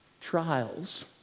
Trials